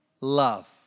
love